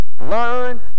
learn